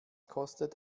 kostet